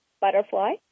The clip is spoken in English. butterfly